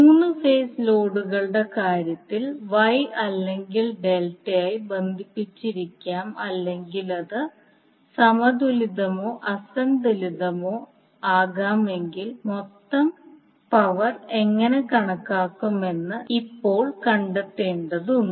മൂന്ന് ഫേസ് ലോഡുകളുടെ കാര്യത്തിൽ Y അല്ലെങ്കിൽ ഡെൽറ്റയായി ബന്ധിപ്പിച്ചിരിക്കാം അല്ലെങ്കിൽ അത് സമതുലിതമോ അസന്തുലിതമോ ആകാമെങ്കിൽ മൊത്തം പവർ എങ്ങനെ കണക്കാക്കുമെന്ന് ഇപ്പോൾ കണ്ടെത്തേണ്ടതുണ്ട്